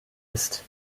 ist